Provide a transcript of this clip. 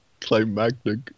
climactic